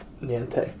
Niente